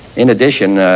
in addition,